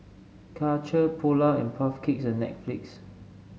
Karcher Polar and Puff Cakes and Netflix